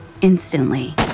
instantly